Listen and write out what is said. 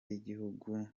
y’igihugu